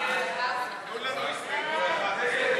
ההסתייגות (51) של קבוצת סיעת